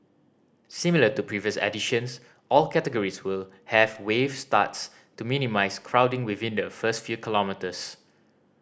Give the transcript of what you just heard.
similar to previous editions all categories will have wave starts to minimise crowding within the first few kilometres